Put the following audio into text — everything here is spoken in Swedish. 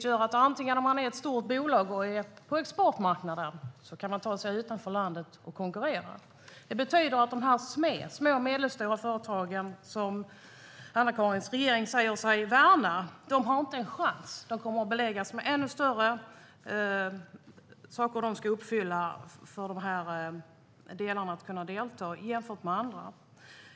Det betyder att stora bolag som finns på exportmarknaden kan ta sig utanför landet och konkurrera, men de små och medelstora företagen som regeringen säger sig värna har inte en chans. Jämfört med andra kommer de att beläggas med ännu större krav som de måste uppfylla för att kunna delta.